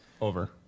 Over